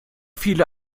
viele